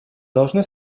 должны